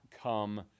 come